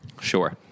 Sure